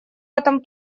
этом